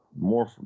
More